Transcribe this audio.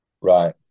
Right